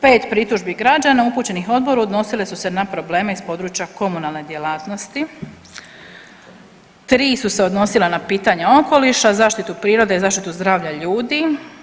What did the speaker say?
5 pritužbi građana upućenih Odboru odnosile su se na probleme iz područja komunalne djelatnosti, 3 su se odnosila na pitanje okoliša, zaštitu prirode i zaštitu zdravlja ljudi.